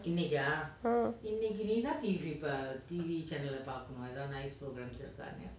um